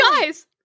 Guys